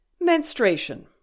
Menstruation